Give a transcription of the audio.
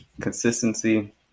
consistency